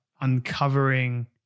uncovering